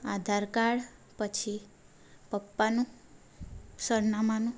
આધાર card પછી પપ્પાનું સરનામાનું